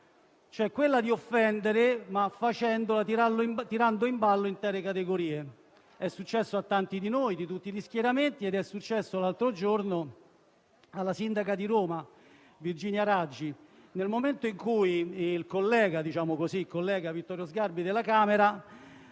cioè quella di offendere tirando in ballo intere categorie. È successo a tanti di noi, di tutti gli schieramenti, ed è successo l'altro giorno al sindaco di Roma Virginia Raggi, nel momento in cui il collega - chiamiamolo così - Vittorio Sgarbi della Camera,